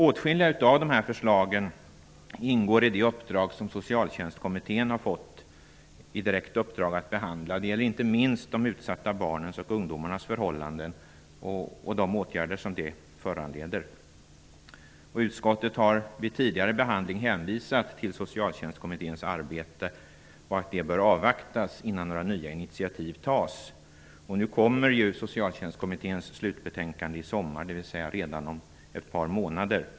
Åtskilliga av förslagen ingår i de uppdrag som Socialtjänstkommittén har fått i direkt uppdrag att behandla. Det gäller inte minst de utsatta barnens och ungdomarnas förhållanden och de åtgärder som detta föranleder. Utskottet har vid tidigare behandling hänvisat till att Socialtjänstkommitténs arbete bör avvaktas innan några nya initiativ tas. Socialtjänstkommitténs betänkande kommer redan i sommar, dvs. om ett par månader.